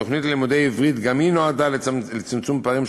התוכנית ללימודי עברית גם היא נועדה לצמצם פערים,